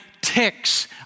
ticks